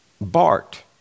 Bart